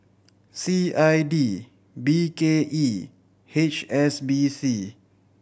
C I D B K E H S B C